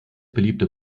beliebte